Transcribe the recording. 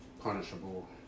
punishable